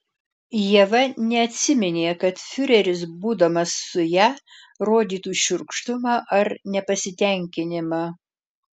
ieva neatsiminė kad fiureris būdamas su ja rodytų šiurkštumą ar nepasitenkinimą